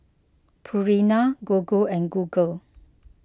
Purina Gogo and Google